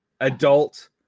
adult